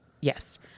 yes